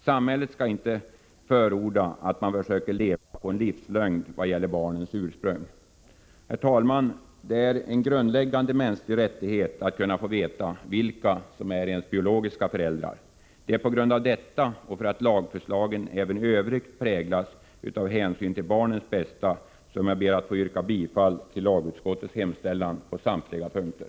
Samhället skall inte förorda att man försöker leva med en livslögn vad gäller barnens ursprung. Herr talman! Det är en grundläggande mänsklig rättighet att kunna få veta vilka som är ens biologiska föräldrar. Det är på grund av detta och för att lagförslagen även i övrigt präglas av hänsyn till barnens bästa som jag ber att få yrka bifall till lagutskottets hemställan på samtliga punkter.